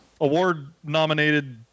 Award-nominated